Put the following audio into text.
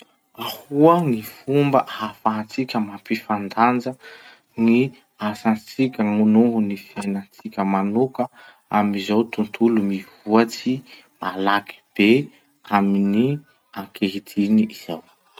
Ahoa gny fomba ahafahantsika mampifandanja gny asantsika noho ny fiainantsika manoka amy zao tontolo mivoatsy malaky be amin'ny ankehitriny izao?